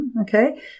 Okay